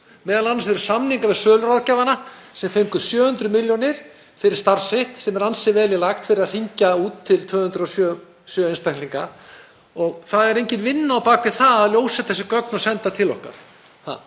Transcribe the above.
m.a. að tala um samninga við söluráðgjafana sem fengu 700 milljónir fyrir starf sitt, sem er ansi vel í lagt, fyrir að hringja út til 207 einstaklinga. Það er engin vinna á bak við það að ljósrita þessi gögn og senda til okkar.